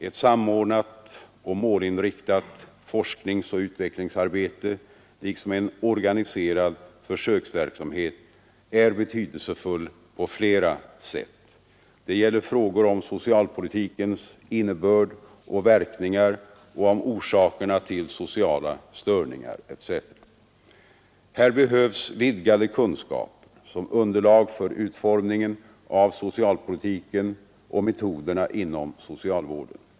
Ett samordnat och målinriktat forskningsoch utvecklingsarbete liksom en organiserad försöksverksamhet har betydelse på flera sätt. Det gäller frågor om socialpolitikens innebörd och verkningar och om orsakerna till sociala störningar osv. Här behövs vidgade kunskaper som underlag för utformningen av socialpolitiken och metoderna inom socialvården.